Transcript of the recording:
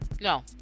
no